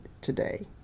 today